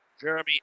Jeremy